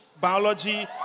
biology